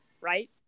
right